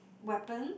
weapons